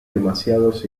demasiados